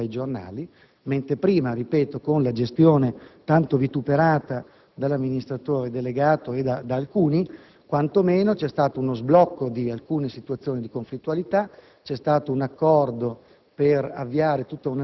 della firma dell'accordo dai giornali, mentre prima, con la gestione tanto vituperata da alcuni dall'amministratore delegato, quantomeno c'era stato lo sblocco di alcune situazioni di conflittualità e c'è stato un accordo